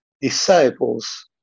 disciples